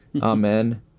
Amen